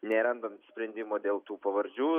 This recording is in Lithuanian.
nerandant sprendimo dėl tų pavardžių